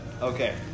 Okay